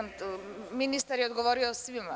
Ministar je odgovorio svima.